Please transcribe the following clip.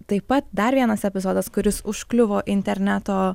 taip pat dar vienas epizodas kuris užkliuvo interneto